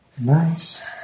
Nice